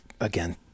again